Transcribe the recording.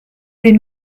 des